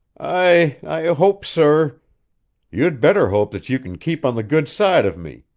i i hope, sir you'd better hope that you can keep on the good side of me,